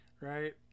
right